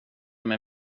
mig